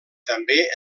també